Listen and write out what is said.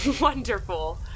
Wonderful